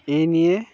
এ নিয়ে